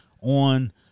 on